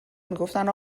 میگفتن